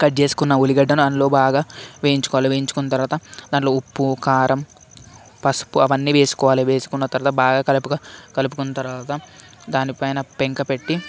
cut చేసుకున్న ఉల్లిగడ్డలను అందులో బాగా వేయించుకోవాలి వేయించుకున్న తర్వాత దాంట్లో ఉప్పు కారం పసుపు అవన్నీ వేసుకోవాలి వేసుకున్న తర్వాత బాగా కలుపు కలుపుకున్న తర్వాత దాని పైన పెంక పెట్టి